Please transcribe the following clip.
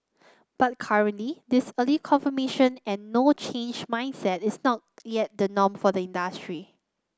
but currently this early confirmation and no change mindset is not yet the norm for the industry